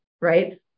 right